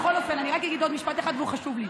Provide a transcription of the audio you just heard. אני רק אגיד עוד משפט אחד, והוא חשוב לי: